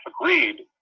agreed